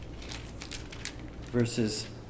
verses